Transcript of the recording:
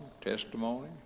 testimony